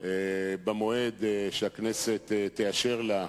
במועד שהכנסת תאשר לה,